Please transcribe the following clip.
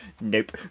nope